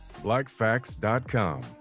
Blackfacts.com